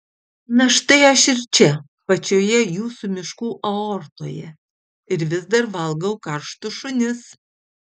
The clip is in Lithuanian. na štai aš ir čia pačioje jūsų miškų aortoje ir vis dar valgau karštus šunis